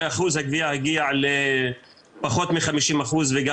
שאחוז הגבייה הגיע לפחות מ-50% וגם